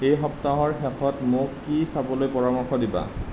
এই সপ্তাহৰ শেষত মোক কি চাবলৈ পৰামৰ্শ দিবা